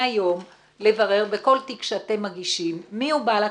מהיום לברר בכל תיק שאתם מגישים מיהו בעל הקרקע,